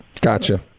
Gotcha